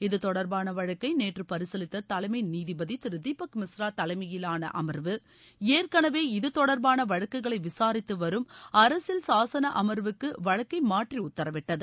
இது தொடர்பான வழக்கை நேற்று பரிசீலித்த தலைமை நீதிபதி தீபக் மிஸ்ரா தலைமையிலான அமர்வு ஏற்களவே இது தொடர்பான வழக்குகளை விசாரித்து வரும் அரசியல் சாசன அமர்வுக்கு வழக்கை மாற்றி உத்தரவிட்டது